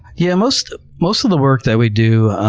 yeah most most of the work that we do